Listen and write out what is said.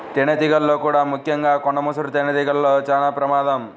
తేనెటీగల్లో కూడా ముఖ్యంగా కొండ ముసురు తేనెటీగలతో చాలా ప్రమాదం